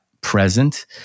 present